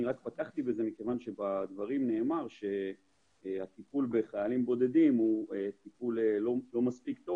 רק פתחתי בכך מכיוון שנאמר שהטיפול בחיילים בודדים הוא לא מספיק טוב.